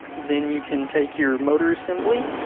then you can take your motor assembly